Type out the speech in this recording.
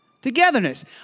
Togetherness